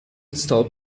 stop